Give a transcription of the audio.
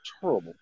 Terrible